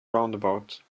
roundabout